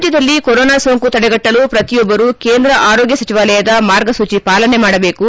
ರಾಜ್ಞದಲ್ಲಿ ಕೊರೊನಾ ಸೋಂಕು ತಡೆಗಟ್ಟಲು ಪ್ರತಿಯೊಬ್ಬರು ಕೇಂದ್ರ ಆರೋಗ್ಯ ಸಚಿವಾಲಯದ ಮಾರ್ಗಸೂಚಿ ಪಾಲನೆ ಮಾಡಬೇಕು